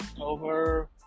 over